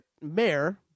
mayor